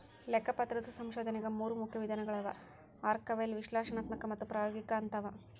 ಲೆಕ್ಕಪತ್ರದ ಸಂಶೋಧನೆಗ ಮೂರು ಮುಖ್ಯ ವಿಧಾನಗಳವ ಆರ್ಕೈವಲ್ ವಿಶ್ಲೇಷಣಾತ್ಮಕ ಮತ್ತು ಪ್ರಾಯೋಗಿಕ ಅಂತವ